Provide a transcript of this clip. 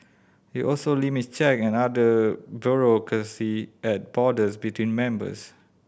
it also limits check and other bureaucracy at borders between members